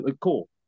Cool